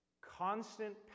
constant